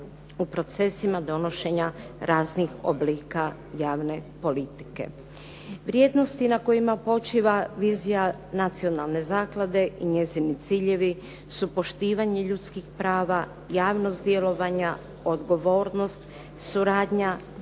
u procesima donošenja raznih oblika javne politike. Vrijednosti na kojima počiva vizija nacionalne zaklade i njezini ciljevi su poštivanje ljudskih prava, javnost djelovanja, odgovornost, suradnja,